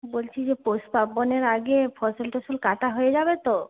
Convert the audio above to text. বলছি যে পৌষ পার্বনের আগে ফসল টসল কাটা হয়ে যাবে তো